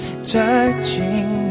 Touching